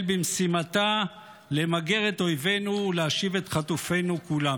במשימתה למגר את אויבינו ולהשיב את חטופינו כולם.